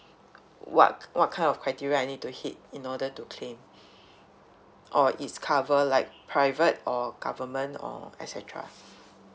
what what kind of criteria I need to heed in order to claim or is cover like private or government or et cetera